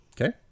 Okay